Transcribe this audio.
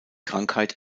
krankheit